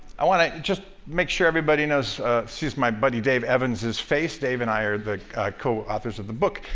i want to just make sure everybody knows this is my buddy dave evans, his face. dave and i are the co-authors of the book,